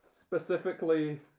Specifically